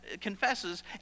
confesses